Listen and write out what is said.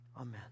amen